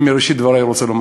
אני מראשית דברי רוצה לומר,